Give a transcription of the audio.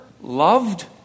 loved